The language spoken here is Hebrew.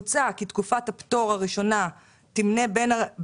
כמו כן מוצע לקבוע כי לשרת הפנים תהיה סמכות